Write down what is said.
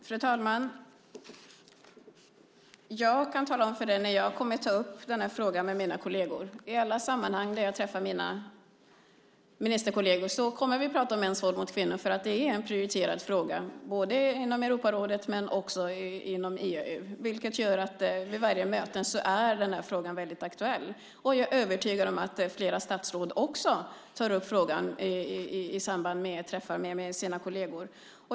Fru talman! Jag kan tala om när jag kommer att ta upp den här frågan med mina kolleger. I alla sammanhang där jag träffar mina ministerkolleger talar vi om mäns våld mot kvinnor. Det är en prioriterad fråga både inom Europarådet och inom EU, vilket gör att frågan vid varje möte är mycket aktuell. Jag är övertygad om att flera andra statsråd också tar upp frågan i samband med att de träffar sina kolleger.